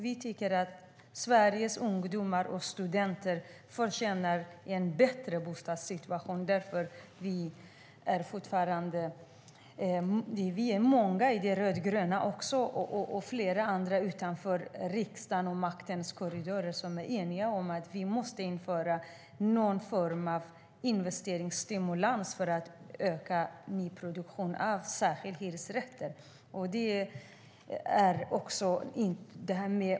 Vi tycker att Sveriges ungdomar och studenter förtjänar en bättre bostadssituation. Vi i de rödgröna och flera utanför riksdagen och maktens korridorer är eniga om att vi måste införa någon form av investeringsstimulans för att öka nyproduktionen av särskilt hyresrätter.